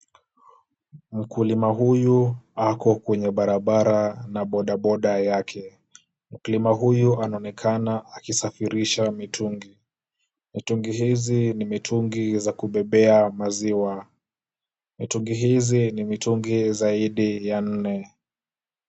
Mkulima huyu ako kwenye barabara na bodaboda yake. Mkulima huyu anaonekana akisafirisha mitungi. Mitungi hizi ni mitungi za kubebea maziwa. Mitungi hizi ni mitungi zaidi ya nne.